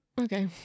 Okay